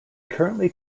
currently